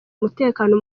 umutekano